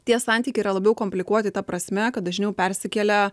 tie santykiai yra labiau komplikuoti ta prasme kad dažniau persikelia